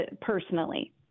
personally